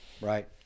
Right